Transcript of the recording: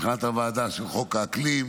מבחינת הוועדה, של חוק האקלים.